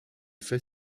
fait